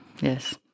Yes